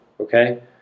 okay